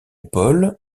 paul